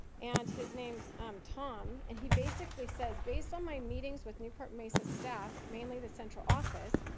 and his name's um tom, and he basically says, based on my meetings with newport-mesa staff, mainly the central office,